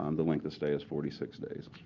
um the length of stay is forty six days.